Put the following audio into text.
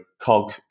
cog